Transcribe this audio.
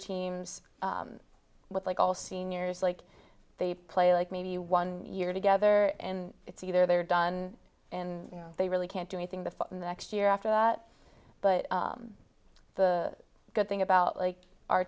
teams with like all seniors like they play like maybe one year together and it's either they're done in you know they really can't do anything the in the next year after that but the good thing about like our